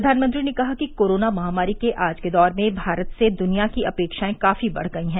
प्रधानमंत्री ने कहा कि कोरोना महामारी के आज के दौर में भारत से दुनिया की अपेक्षाएं काफी बढ़ गई हैं